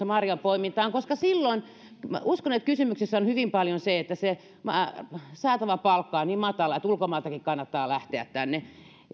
marjanpoimintaan koska minä uskon että kysymyksessä on hyvin paljon se että se saatava palkka on niin matala vaikka ulkomailta kannattaakin lähteä tänne